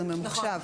זה ממוחשב.